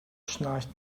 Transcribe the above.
schnarcht